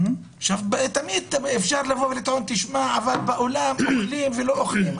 תמיד אפשר לבוא ולטעון: אבל בעולם אוכלים ולא אוכלים.